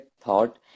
thought